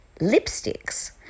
lipsticks